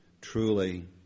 Truly